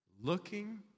Looking